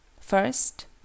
First